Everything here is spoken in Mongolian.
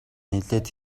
нэлээд